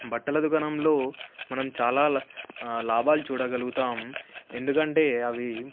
బట్టల దుకాణంలో మనం చాలా లాభాలు చూడగలుగుతాము ఎందుకంటే అవి